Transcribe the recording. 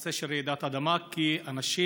הנושא של רעידת האדמה, כי אנשים,